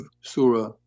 Surah